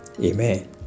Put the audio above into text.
Amen